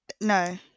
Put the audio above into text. No